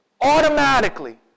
automatically